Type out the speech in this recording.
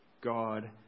God